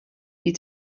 you